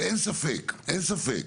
ואין ספק, אין ספק,